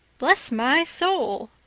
bless my soul,